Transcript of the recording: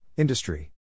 industry